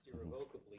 irrevocably